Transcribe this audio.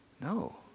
No